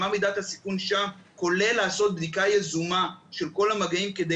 מה מידת הסיכון שם כולל לעשות בדיקה יזומה של כל המגעים כדי